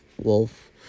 wolf